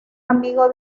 amigo